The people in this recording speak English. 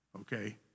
okay